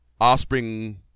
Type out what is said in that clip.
offspring